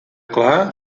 clar